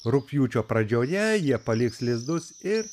rugpjūčio pradžioje jie paliks lizdus ir